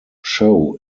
show